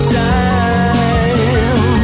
time